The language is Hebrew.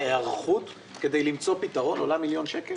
ההיערכות כדי למצוא פתרון עולה מיליון שקל?